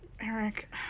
Eric